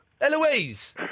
Eloise